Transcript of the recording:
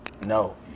No